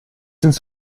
ins